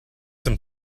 some